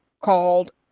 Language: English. called